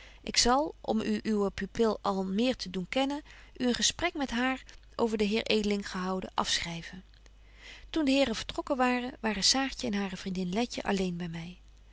ik zal om u uwe pupil al meer te doen kennen u een gesprek met haar over den heer edeling gehouden afschryven toen de heren vertrokken waren waren saartje en hare vriendin letje alleen by my